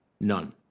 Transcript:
None